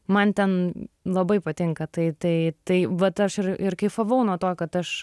man ten labai patinka tai tai tai vat aš ir ir kaifavau nuo to kad aš